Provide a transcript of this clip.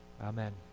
amen